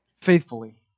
Faithfully